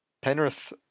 Penrith